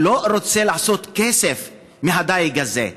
הוא לא רוצה לעשות כסף מהדיג הזה.